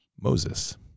Moses